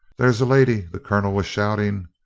there's a lady, the colonel was shouting.